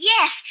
Yes